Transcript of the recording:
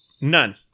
none